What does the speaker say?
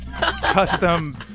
custom